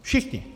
Všichni.